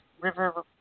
River